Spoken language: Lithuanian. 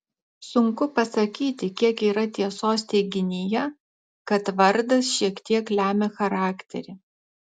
sunku pasakyti kiek yra tiesos teiginyje kad vardas šiek tiek lemia charakterį